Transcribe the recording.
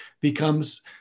becomes